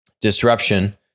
disruption